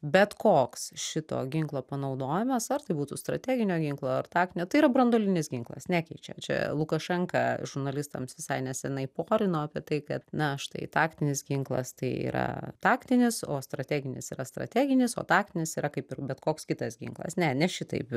bet koks šito ginklo panaudojimas ar tai būtų strateginio ginklo ar taktinio tai yra branduolinis ginklas nekeičiam čia lukašenka žurnalistams visai neseniai porino apie tai kad na štai taktinis ginklas tai yra taktinis o strateginis yra strateginis o taktinis yra kaip ir bet koks kitas ginklas ne ne šitaip